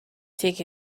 take